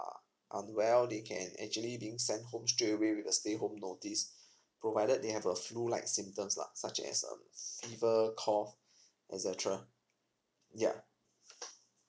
are unwell they can actually being send home straight away with a stay home notice provided they have a flu like symptoms lah such as um fever cough etcetera